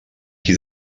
qui